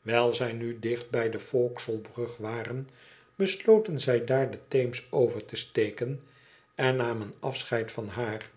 wijl zij nu dicht bij de vauxhall brug waren besloten zij daar den theems over te steken en namen am heid van haar